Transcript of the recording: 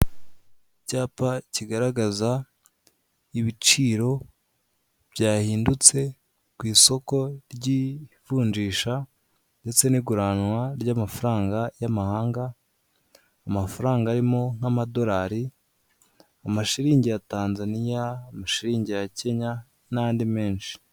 Icyapa kigaragaza ibiciro byahindutse ku isoko ry'ivunjisha ndetse n'iguranwa ry'amafaranga y'amahanga. Amafaranga arimo nk'amadolari, amashiriningi ya tanzania, amashiringi ya kenya n'andi menshi